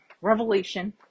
Revelation